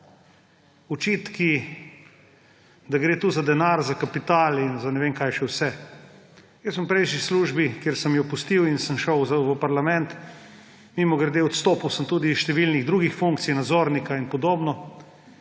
očitki, da gre tu za denar, za kapital in za ne vem kaj še vse. V prejšnji službi sem, ki sem jo pustil in sem šel v parlament ‒ mimogrede, odstopil sem tudi s številnih drugih funkcij, nadzornika in podobno